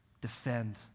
defend